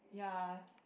ya